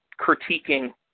critiquing